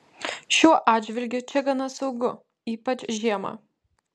šiuo atžvilgiu čia gana saugu ypač žiemą